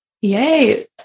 Yay